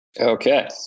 Okay